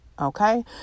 Okay